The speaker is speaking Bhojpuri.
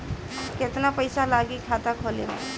केतना पइसा लागी खाता खोले में?